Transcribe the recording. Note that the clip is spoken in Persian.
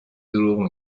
دروغ